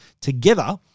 together